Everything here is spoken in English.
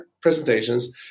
presentations